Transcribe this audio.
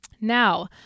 Now